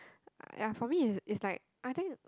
uh ya for me it's it's like I think